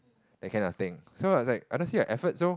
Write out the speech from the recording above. that kind of thing so I was like honestly your efforts lor